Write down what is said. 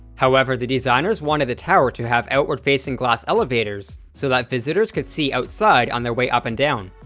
however the designers wanted the tower to have outward-facing glass elevators so that visitors could see outside on their way up and down.